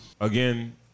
Again